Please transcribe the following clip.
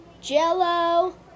jello